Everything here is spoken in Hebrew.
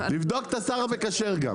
תבדוק את השר המקשר גם.